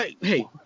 Hey